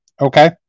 Okay